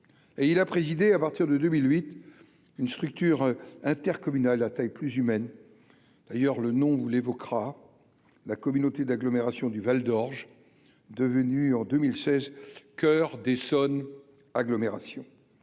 et il a présidé à partir de 2008, une structure intercommunale à taille plus humaine d'ailleurs le nom vous l'évoquera la communauté d'agglomération du Val d'Orge, devenu en 2016 coeurs des sonne agglomération